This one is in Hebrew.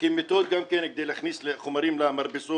מפרקים מיטות גם כן כדי להכניס חומרים למרפסות